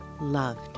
loved